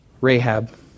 Rahab